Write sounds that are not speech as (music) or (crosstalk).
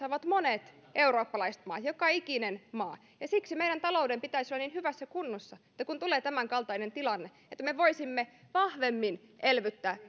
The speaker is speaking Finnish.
(unintelligible) ovat monet eurooppalaiset maat joka ikinen maa meidän taloutemme pitäisi olla niin hyvässä kunnossa että kun tulee tämänkaltainen tilanne me voisimme vahvemmin elvyttää